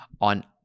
on